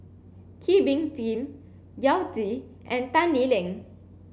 Kee Bee Khim Yao Zi and Tan Lee Leng